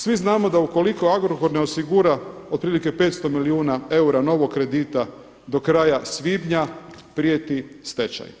Svi znamo da ukoliko Agrokor ne osigura otprilike 500 milijuna eura novog kredita do kraja svibnja prijeti stečaj.